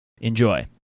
Enjoy